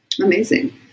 Amazing